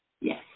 yes